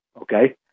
Okay